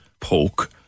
poke